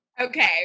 okay